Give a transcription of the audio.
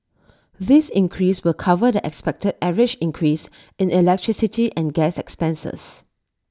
this increase will cover the expected average increase in electricity and gas expenses